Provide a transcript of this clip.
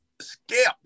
Skip